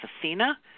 Athena